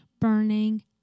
burning